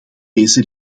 deze